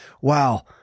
wow